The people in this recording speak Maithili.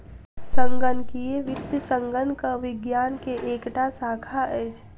संगणकीय वित्त संगणक विज्ञान के एकटा शाखा अछि